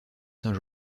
saint